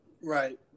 Right